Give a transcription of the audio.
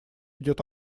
идет